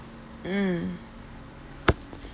mm